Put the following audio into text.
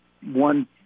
one